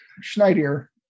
schneider